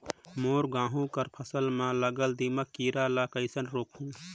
मोर गहूं कर फसल म लगल दीमक कीरा ला कइसन रोकहू?